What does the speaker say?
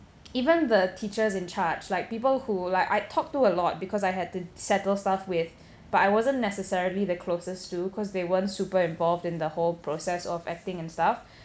even the teachers in charge like people who like I talked to a lot because I had to settle stuff with but I wasn't necessarily the closest to cause they weren't super involved in the whole process of acting and stuff